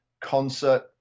concert